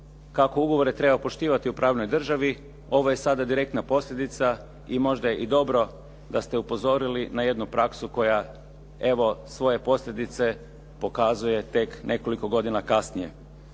kako ugovore treba poštivati u pravnoj državi ovo je sada direktna posljedica i možda je i dobro da ste upozorili na jednu praksu koja evo svoje posljedice pokazuje tek nekoliko godina kasnije.